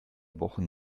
wochen